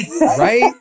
Right